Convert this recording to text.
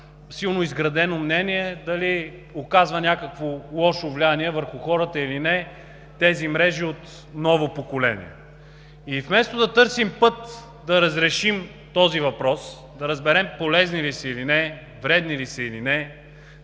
силно изградено мнение дали оказват някакво лошо влияние върху хората или не мрежите от ново поколение. Вместо да търсим път да разрешим този въпрос и да разберем дали са полезни или не, вредни ли са или не,